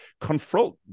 confront